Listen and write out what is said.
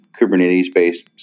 Kubernetes-based